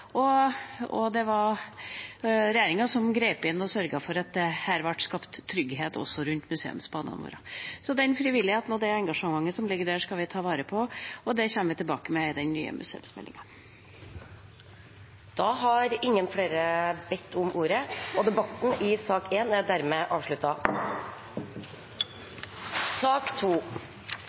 Det var regjeringa som grep inn og sørget for at det ble skapt trygghet også rundt museumsbanene våre. Den frivilligheten og det engasjementet som ligger der, skal vi ta vare på. Det kommer vi tilbake til i den nye museumsmeldinga. Flere har ikke bedt om ordet til sak nr. 1. Etter ønske fra arbeids- og sosialkomiteen vil presidenten ordne debatten